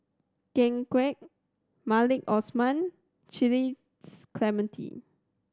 Ken Kwek Maliki Osman Clementi